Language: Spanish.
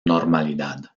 normalidad